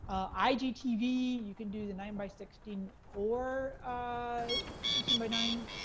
igtv, you can do the nine by sixteen, or sixteen by nine,